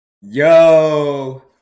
Yo